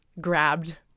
grabbed